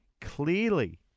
clearly